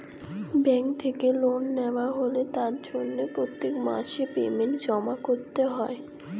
bank থেকে loan নেওয়া হলে তার জন্য প্রত্যেক মাসে পেমেন্ট জমা করতে হয়